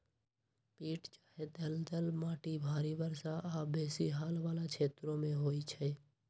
पीट चाहे दलदल माटि भारी वर्षा आऽ बेशी हाल वला क्षेत्रों में होइ छै